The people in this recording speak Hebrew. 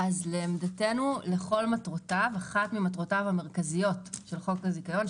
לעמדתנו לכל מטרותיו - אחת מטרותיו המרכזיות של חוק הזיכיון,